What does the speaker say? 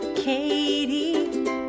Katie